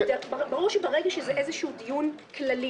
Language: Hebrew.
ברור שברגע שזה איזה שהוא דיון כללי